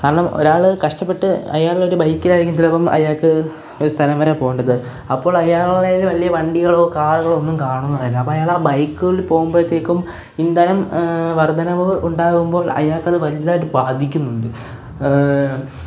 കാരണം ഒരാൾ കഷ്ടപ്പെട്ട് അയാളൊരു ബൈക്കിലായിരിക്കും ചിലപ്പം അയാൾക്ക് ഒരു സ്ഥലം വരെ പോകേണ്ടത് അപ്പോൾ അയാളുടേ കയ്യിൽ വലിയ വണ്ടിയൊ കാറുകളോ ഒന്നും കാണുന്നതല്ല അപ്പം അയാളാ ബൈക്കിൽ പോകുമ്പോഴത്തേക്കും ഇന്ധനം വർദ്ധനവ് ഉണ്ടാകുമ്പോൾ അയാൾക്കത് വലുതായിട്ട് ബാധിക്കുന്നുണ്ട്